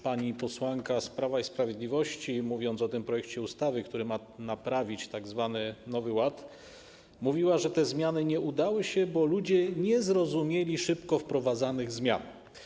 Pani posłanka z Prawa i Sprawiedliwości, mówiąc o tym projekcie ustawy, który ma naprawić tzw. Nowy Ład, powiedziała, że te zmiany nie udały się, bo ludzie nie zrozumieli szybko wprowadzanych zmian.